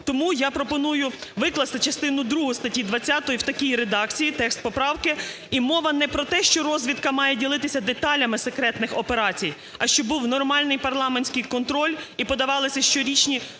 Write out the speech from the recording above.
тому я пропоную викласти частину другу статті 20 в такій редакції, текст поправки. І мова не про те, що розвідка має ділитися деталями секретних операцій, а щоб був нормальний парламентський контроль, і подавалися щорічні